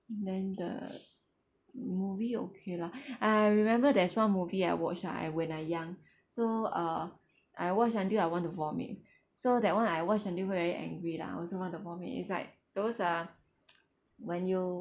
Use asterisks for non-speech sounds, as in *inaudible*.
then the movie okay lah *breath* I remember there's one movie I watch ah I when I young so uh I watch until I want to vomit so that [one] I watch until very angry lah I also want to vomit it's like those ah *noise* when you